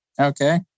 Okay